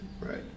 Right